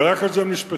ורק על זה הם נשפטו,